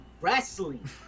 Wrestling